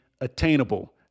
attainable